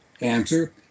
Answer